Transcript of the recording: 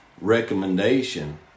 recommendation